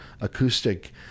acoustic